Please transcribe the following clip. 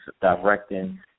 directing